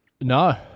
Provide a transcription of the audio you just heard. No